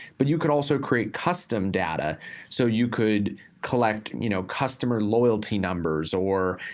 but you could also create custom data so you could collect, you know, customer loyalty numbers or,